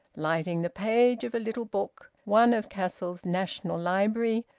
lighting the page of a little book, one of cassell's national library,